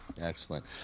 Excellent